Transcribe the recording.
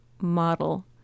model